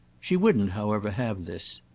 she wouldn't, however, have this.